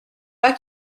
pas